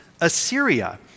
Assyria